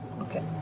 Okay